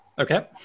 Okay